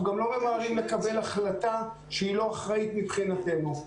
גם לא ממהרים לקבל החלטה שהיא לא אחראית מבחינתנו.